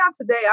today